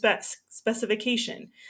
specification